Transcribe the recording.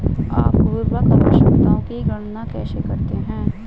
आप उर्वरक आवश्यकताओं की गणना कैसे करते हैं?